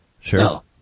Sure